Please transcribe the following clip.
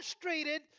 frustrated